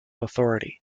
authority